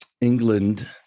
England